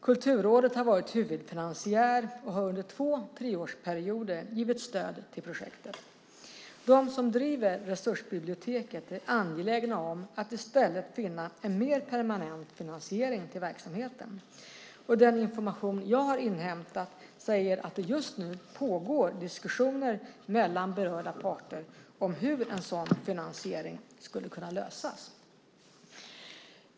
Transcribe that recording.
Kulturrådet har varit huvudfinansiär och har under två treårsperioder givit stöd till projektet. De som driver Resursbiblioteket är angelägna om att i stället finna en mer permanent finansiering till verksamheten. Den information jag har inhämtat säger att det just nu pågår diskussioner mellan berörda parter om hur en sådan finansiering skulle kunna lösas.